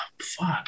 fuck